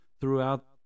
throughout